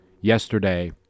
yesterday